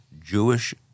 Jewish